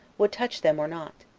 would touch them or not.